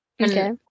Okay